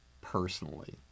personally